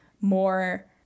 more